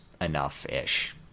enough-ish